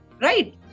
Right